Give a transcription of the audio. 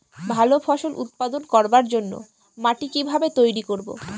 ভালো ফসল উৎপাদন করবার জন্য মাটি কি ভাবে তৈরী করব?